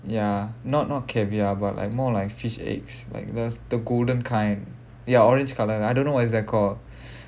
ya not not caviar but like more like fish eggs like there's the golden kind ya orange colour I don't know what is that call